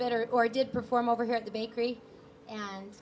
better or did perform over here at the bakery and